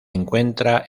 encuentra